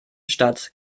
stadt